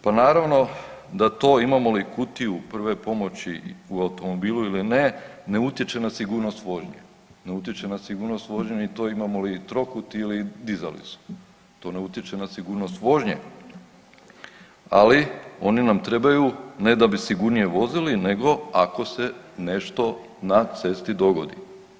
Pa naravno da to imamo li kutiju prve pomoći u automobilu ili ne, ne utječe na sigurnost vožnje, ne utječe na sigurnost vožnje ni to imamo li trokut ili dizalicu, to ne utječe na sigurnost vožnje, ali oni nam trebaju ne da bi sigurnije vozili nego ako se nešto na cesti dogodi.